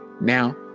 Now